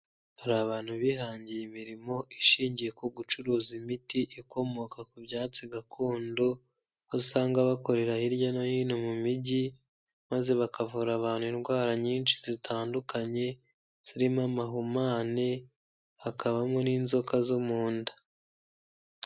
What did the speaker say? Hari abantu bihangiye imirimo, ishingiye ku gucuruza imiti, ikomoka ku byatsi gakondo, aho usanga bakorera hirya no hino mu mijyi, maze bakavura abantu indwara nyinshi zitandukanye, zirimo amahumane, hakabamo n'inzoka zo mu nda.